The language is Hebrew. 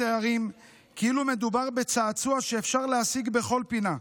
הערים כאילו מדובר בצעצוע שאפשר להשיג בכל פינה.